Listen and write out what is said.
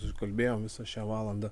sukalbėjom visą šią valandą